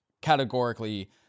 categorically